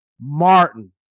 Martin